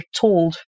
told